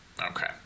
Okay